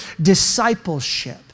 discipleship